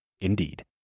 Indeed